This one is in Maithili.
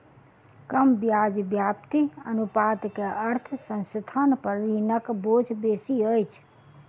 कम ब्याज व्याप्ति अनुपात के अर्थ संस्थान पर ऋणक बोझ बेसी अछि